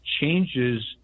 changes